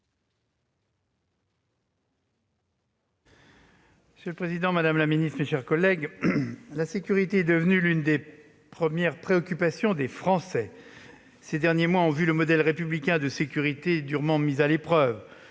Monsieur le président, madame la ministre, mes chers collègues, la sécurité est devenue l'une des premières préoccupations des Français. Ces derniers mois ont vu le modèle républicain de sécurité durement mis à l'épreuve.